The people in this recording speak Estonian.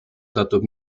satub